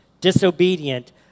disobedient